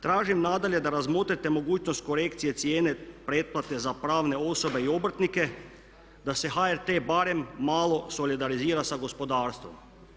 Tražim nadalje da razmotrite mogućnost korekcije cijene pretplate za pravne osobe i obrtnike, da se HRT barem malo solidarizira sa gospodarstvom.